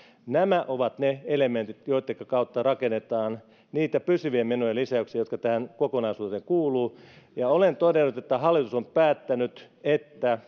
nämä ovat ne elementit joittenka kautta rakennetaan niitä pysyvien menojen lisäyksiä jotka tähän kokonaisuuteen kuuluvat olen todennut että hallitus on päättänyt että